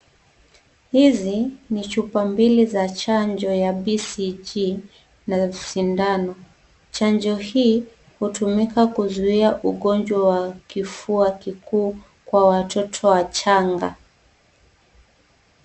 Hizi ni chupa mbili za chanjo ya(cs) BCG (cs)na sindano. Chanzo hii hutumika kuzuia ugonjwa wa kifua kikuu kwa watoto wachanga.